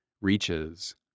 reaches